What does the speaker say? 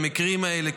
המקרים האלה,